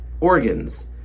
Organs